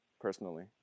personally